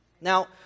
Now